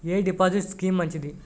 ఎ deposit scheme మంచిది?